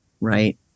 Right